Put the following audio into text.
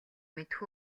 мэдэх